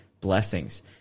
blessings